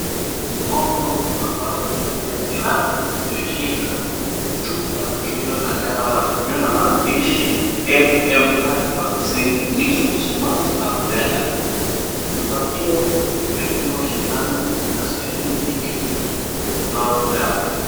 Mkono ambao umevalia glavu umeshika chupa iliyo na dawa iliyo na maandishi, MMR Vaccine, Measles, Mumps na Rubela . Chupa hio imedungwa sindano na sirinji ili kutoa dawa.